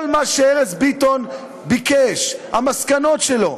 כל מה שארז ביטון ביקש, המסקנות שלו,